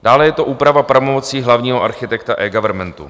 Dále je to úprava pravomocí hlavního architekta eGovernmentu.